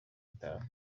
itanu